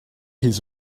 hears